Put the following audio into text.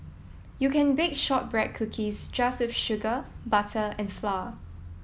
you can bake shortbread cookies just with sugar butter and flour